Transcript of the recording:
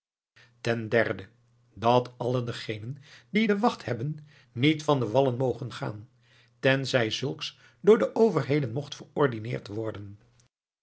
ten derde dat alle degenen die de wacht hebben niet van de wallen mogen gaan tenzij zulks door de overheden mocht verordineerd worden